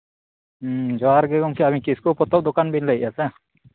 ᱡᱚᱸᱦᱟᱨ ᱜᱮ ᱜᱚᱝᱠᱮ ᱟᱹᱵᱤᱱ ᱠᱤᱥᱠᱩ ᱯᱚᱛᱚᱵᱽ ᱫᱚᱠᱟᱱ ᱵᱤᱱ ᱞᱟᱹᱭᱮᱫᱟ ᱥᱮ